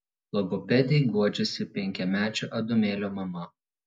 logopedei guodžiasi penkiamečio adomėlio mama